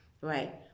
right